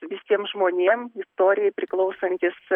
visiem žmonėm istorijai priklausantys